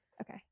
Okay